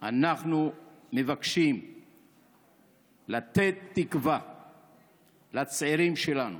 אנחנו מבקשים לתת תקווה לצעירים שלנו,